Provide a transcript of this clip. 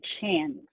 chance